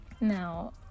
now